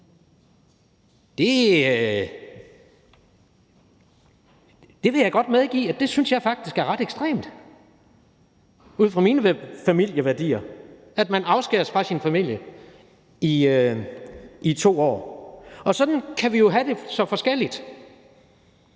Det vil jeg godt medgive at jeg faktisk synes er ret ekstremt set ud fra mine familieværdier, altså at man afskæres fra sin familie i 2 år. Sådan kan vi jo have det så forskelligt,